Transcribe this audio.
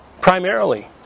primarily